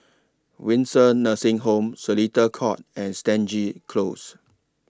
Windsor Nursing Home Seletar Court and Stangee Close